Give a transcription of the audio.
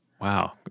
Wow